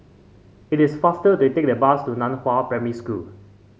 it is faster to take the bus to Nan Hua Primary School